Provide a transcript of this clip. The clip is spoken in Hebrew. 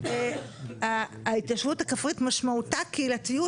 ההתיישבות הכפרית משמעותה קהילתיות,